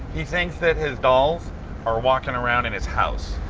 he thinks that his dolls are walking around in his house.